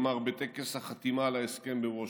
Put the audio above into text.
אמר בטקס החתימה על ההסכם בוושינגטון.